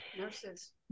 nurses